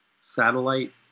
satellite